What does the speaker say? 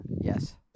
Yes